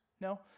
No